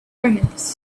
omens